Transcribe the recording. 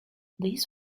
this